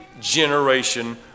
generation